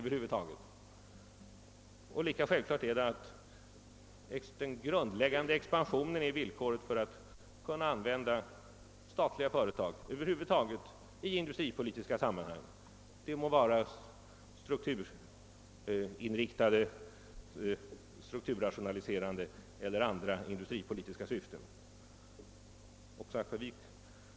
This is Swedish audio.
Lika självklart är att expansionen är det grundläggande villkoret för att vi över huvud taget skall kunna använda statliga företag i industripolitiska sammanhang — de må vara strukturrationaliserande eller av annat slag.